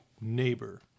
neighbor